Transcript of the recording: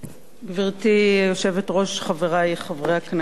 גברתי היושבת-ראש, חברי חברי הכנסת,